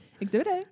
Exhibit